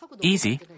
easy